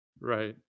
Right